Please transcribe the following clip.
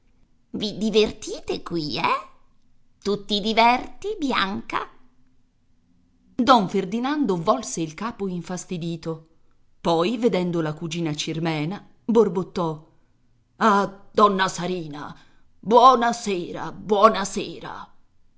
i divertite qui eh tu ti diverti bianca don ferdinando volse il capo infastidito poi vedendo la cugina cirmena borbottò ah donna sarina buona sera buona sera